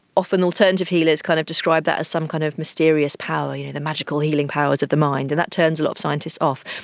often the alternative healers kind of describe that as some kind of mysterious power, you know the magical healing powers of the mind, and that turns a lot of scientists off.